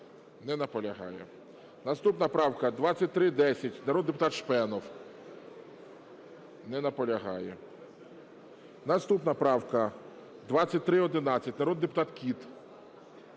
Не наполягає. Наступна правка – 2310, народний депутат Шпенов. Не наполягає. Наступна правка – 2311, народний депутат Кіт.